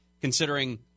considering